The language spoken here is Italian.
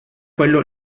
quello